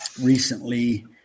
recently